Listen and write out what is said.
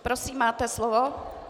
Prosím, máte slovo.